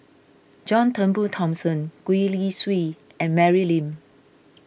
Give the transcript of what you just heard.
John Turnbull Thomson Gwee Li Sui and Mary Lim